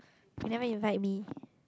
you never invite me